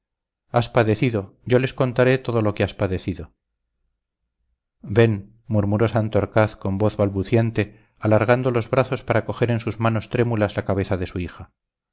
has padecido yo les contaré todo lo que has padecido ven murmuró santorcaz con voz balbuciente alargando los brazos para coger en sus manos trémulas la cabeza de su hija